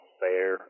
fair